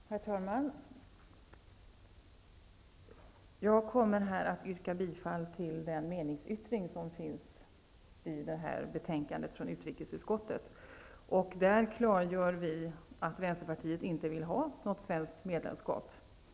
Herr talman! Jag kommer här att yrka bifall till den meningsyttring som finns i detta betänkande från utrikesutskottet. Där klargör vi att Vänsterpartiet inte vill ha något svenskt medlemskap.